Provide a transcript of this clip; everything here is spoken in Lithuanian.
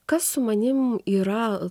kas su manim yra